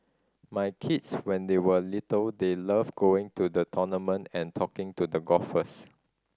my kids when they were little they loved going to the tournament and talking to the golfers